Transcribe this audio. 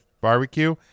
Barbecue